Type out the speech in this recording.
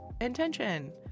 intention